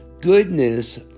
goodness